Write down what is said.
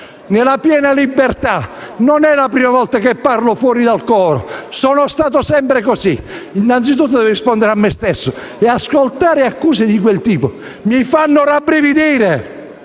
in piena libertà e non è la prima volta che parlo fuori dal coro: sono stato sempre così. Innanzitutto devo rispondere a me stesso. Ascoltare accuse di quel tipo mi fa rabbrividire.